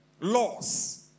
laws